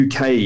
uk